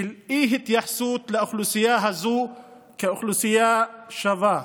של אי-התייחסות לאוכלוסייה הזו כאל אוכלוסייה שווה.